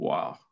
Wow